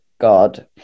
god